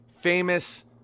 famous